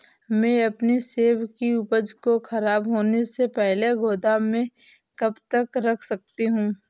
मैं अपनी सेब की उपज को ख़राब होने से पहले गोदाम में कब तक रख सकती हूँ?